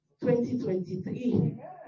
2023